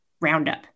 Roundup